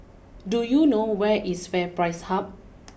do you know where is FairPrice Hub